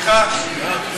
התשע"ו,2015,